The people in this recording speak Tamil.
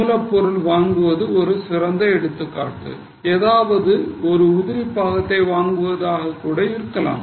மூலப்பொருள் வாங்குவது ஒரு சிறந்த எடுத்துக்காட்டு ஏதாவது ஒரு உதிரி பாகத்தை வாங்குவதாக கூட இருக்கலாம்